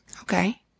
Okay